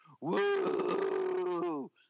Woo